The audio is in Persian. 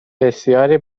بسیاری